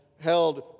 held